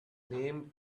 name